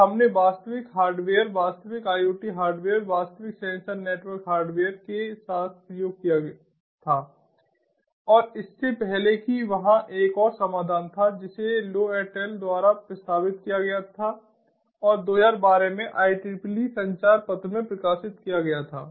और हमने वास्तविक हार्डवेयर वास्तविक IoT हार्डवेयर वास्तविक सेंसर नेटवर्क हार्डवेयर के साथ प्रयोग किया था और इससे पहले कि वहाँ एक और समाधान था जिसे लो एट अल द्वारा प्रस्तावित किया गया था और 2012 में IEEE संचार पत्र में प्रकाशित किया गया था